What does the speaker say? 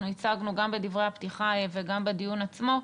ייצגנו גם בדברי הפתיחה וגם בדיון עצמו.